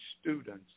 students